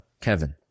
Kevin